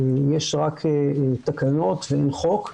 יש רק תקנות ואין חוק,